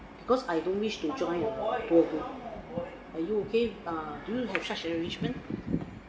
because I don't wish to join the tour group are you okay err do you have such arrangement